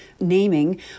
naming